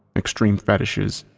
extreme fetishes,